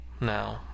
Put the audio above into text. now